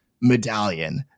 Medallion